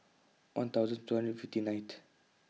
one thousand two hundred fifty nineth